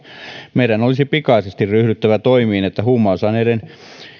meidän olisi pikaisesti ryhdyttävä toimiin että huumausaineiden